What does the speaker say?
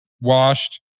washed